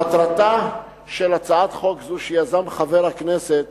מטרתה של הצעת חוק זו, שיזם חבר הכנסת